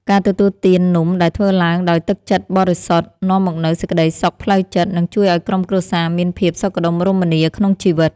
ការទទួលទាននំដែលធ្វើឡើងដោយទឹកចិត្តបរិសុទ្ធនាំមកនូវសេចក្តីសុខផ្លូវចិត្ត និង ជួយឱ្យក្រុមគ្រួសារមានភាពសុខដុមរមនាក្នុងជីវិត។